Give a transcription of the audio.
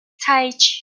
cage